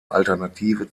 alternative